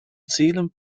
zielen